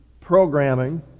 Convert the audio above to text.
programming